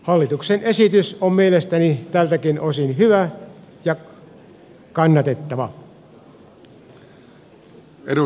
hallituksen esitys on mielestäni tältäkin osin hyvä ja kannatettava